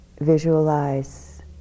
visualize